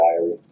diary